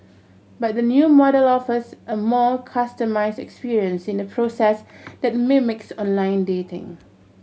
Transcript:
but the new model offers a more customised experience in a process that mimics online dating